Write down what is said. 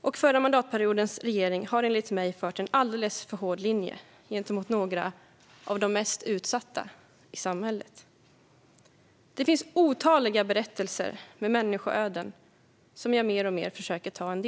och förra mandatperiodens regering har enligt mig fört en alldeles för hård linje gentemot några av de mest utsatta i samhället. Det finns otaliga berättelser med människoöden, som jag mer och mer försöker ta del av.